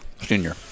Junior